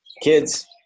kids